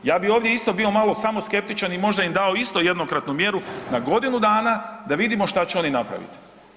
Ja bi ovdje isto bio malo samo skeptičan i možda im dao isto jednokratnu mjeru na godinu dana d avidimo šta će oni napraviti.